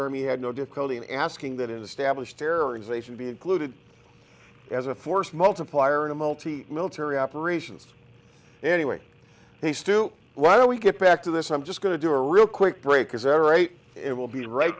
army had no difficulty in asking that in establish terror as they should be included as a force multiplier in a multi military operations anyway they still why don't we get back to this i'm just going to do a real quick break as ever eight it will be right